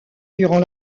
durant